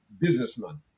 Businessman